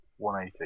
180